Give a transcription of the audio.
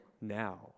now